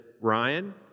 Ryan